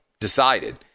decided